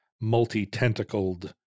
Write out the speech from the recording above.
multi-tentacled